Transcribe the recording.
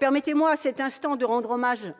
Permettez-moi, à cet instant, de rendre hommage